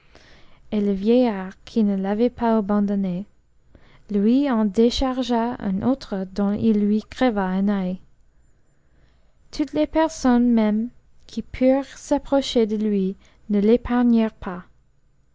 le vieillard qui ne l'avait pas abandonné lui en déchargea un autre dont il lui creva un œil toutes les personnes même qui purent s'approcher de lui ne l'épargnèrent pas